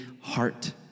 heart